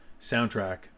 soundtrack